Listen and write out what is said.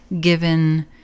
given